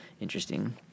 interesting